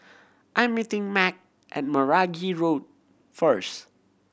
I'm meeting Mack at Meragi Road first